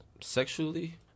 Sexually